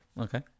okay